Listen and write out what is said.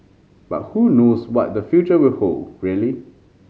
but who knows what the future will hold really